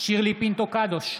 שירלי פינטו קדוש,